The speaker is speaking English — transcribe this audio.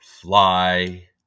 Fly